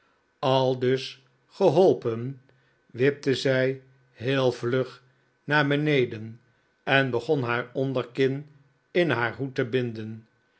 aluds geholperi wipte zij heel vlug naar beneden en begon haar onderkin in haar hoed te binden